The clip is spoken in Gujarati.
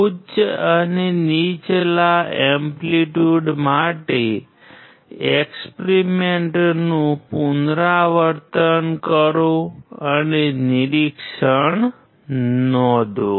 ઉચ્ચ અને નીચલા એમ્પ્લિટ્યૂડ માટે એક્સપેરિમેન્ટનું પુનરાવર્તન કરો અને નિરીક્ષણ નોંધો